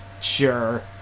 sure